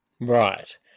right